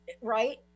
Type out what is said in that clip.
right